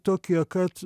tokie kad